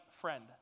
friend